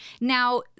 Now